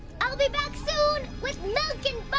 i'll be back soon, with milk and